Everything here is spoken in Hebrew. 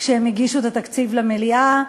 כשהם הגישו את התקציב למליאה,